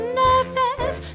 nervous